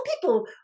people